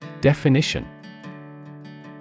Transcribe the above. Definition